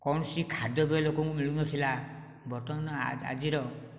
କୌଣସି ଖାଦ୍ୟପେୟ ଲୋକଙ୍କୁ ମିଳୁନଥିଲା ବର୍ତ୍ତମାନ ଆଜିର